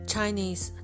Chinese